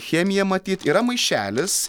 chemija matyt yra maišelis